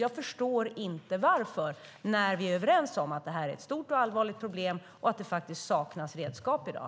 Jag förstår inte varför när vi är överens om att det här är ett stort och allvarligt problem och att det faktiskt saknas redskap i dag.